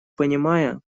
понимая